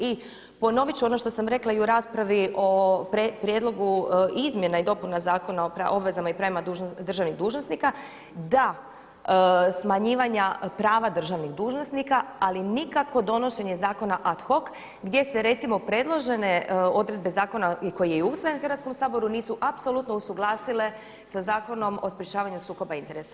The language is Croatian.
I ponovit ću ono što sam rekla i u raspravi o prijedlogu izmjena i dopuna Zakon o obvezama i pravim državnih dužnosnika da smanjivanja prava državnih dužnosnika ali nikako donošenje zakona ad hoc gdje se recimo predložene odredbe zakon i koji je i usvojen u Hrvatskom saboru nisu apsolutno usuglasile sa Zakonom o sprječavanju sukoba interesa.